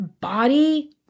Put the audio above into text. body